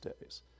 days